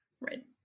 right